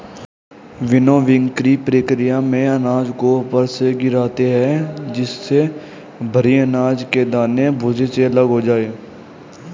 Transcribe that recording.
विनोविंगकी प्रकिया में अनाज को ऊपर से गिराते है जिससे भरी अनाज के दाने भूसे से अलग हो जाए